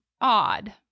odd